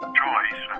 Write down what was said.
choice